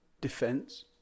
defense